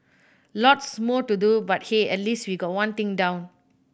lots more to do but hey at least we've got one thing down